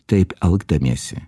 taip elgdamiesi